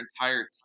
entire